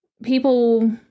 People